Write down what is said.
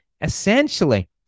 essentially